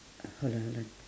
hold on hold on